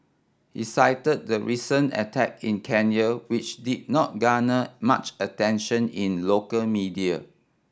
he cited the recent attack in Kenya which did not garner much attention in local media